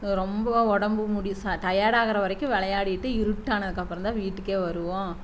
ரொம்ப உடம்பு முடி டயர்டாக ஆகிற வரைக்கும் விளையாடிக்கிட்டு இருட்டானத்துக்கு அப்புறம் தான் வீட்டுக்கு வருவோம்